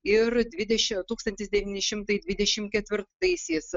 ir dvideši tūkstantis devyni šimtai dvidešimt ketvirtaisiais